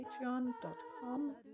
patreon.com